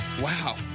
Wow